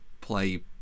play